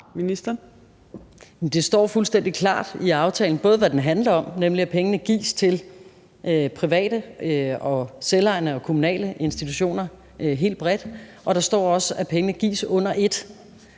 Det står fuldstændig klart i aftalen, både hvad den handler om, nemlig at pengene gives til private, selvejende og kommunale institutioner helt bredt, og der står også, at pengene gives under et.